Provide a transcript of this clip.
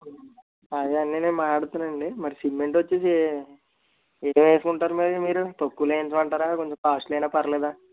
అదే అండి నేను మాట్లాడుతాను అండి మరి సిమెంట్ వచ్ఛేసి ఇదే వేసుకుంటారా మరి మీరు తక్కువలో వేయించమంటారా కొంచెం కాస్ట్లీ అయినా పర్లేదా